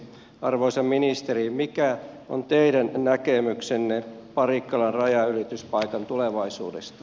arvoisa ministeri mikä on teidän näkemyksenne parikkalan rajanylityspaikan tulevaisuudesta